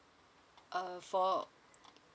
uh for